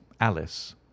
alice